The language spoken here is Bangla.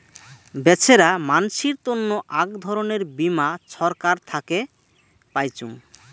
বেছেরা মানসির তন্ন আক ধরণের বীমা ছরকার থাকে পাইচুঙ